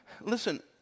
listen